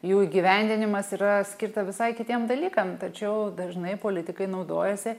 jų įgyvendinimas yra skirta visai kitiem dalykam tačiau dažnai politikai naudojasi